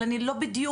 אבל אני לא בדיוק.